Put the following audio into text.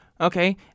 Okay